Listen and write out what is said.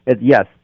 yes